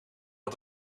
had